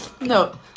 No